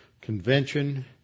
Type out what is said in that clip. Convention